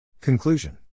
Conclusion